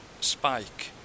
spike